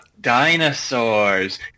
dinosaurs